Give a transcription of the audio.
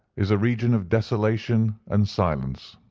is a region of desolation and silence.